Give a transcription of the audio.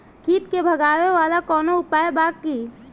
कीट के भगावेला कवनो उपाय बा की?